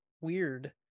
weird